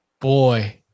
boy